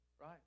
right